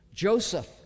Joseph